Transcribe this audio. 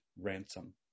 ransom